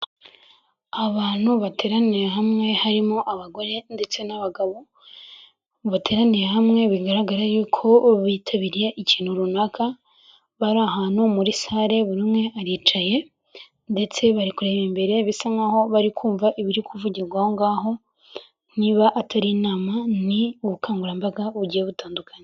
Abantu bateraniye hamwe harimo abagore ndetse n'abagabo, bateraniye hamwe bigaragara yuko bitabiriye ikintu runaka, bari ahantu muri salle buri umwe aricaye, ndetse bari kureba imbere bisa nkaho bari kumva ibiri kuvugirwa aho ngaho, niba atari inama ni ubukangurambaga bugiye butandukanye.